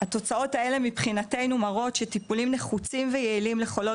התוצאות האלו מבחינתנו מראים שטיפולים נחוצים ויעילים לחולות